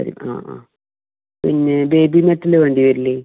വരും ആ ആ പിന്നെ ബേബി മെറ്റൽ വേണ്ടി വരില്ലേ